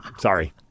Sorry